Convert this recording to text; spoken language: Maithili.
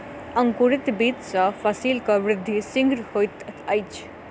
अंकुरित बीज सॅ फसीलक वृद्धि शीघ्र होइत अछि